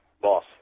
Boss